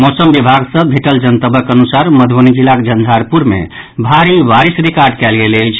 मौसम विभाग सॅ भेटल जनतबक अनुसार मधुबनी जिलाक झंझारपुर मे भारी बारिश रिकार्ड कयल गेल अछि